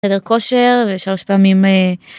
חדר כושר ושלוש פעמים.